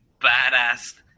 badass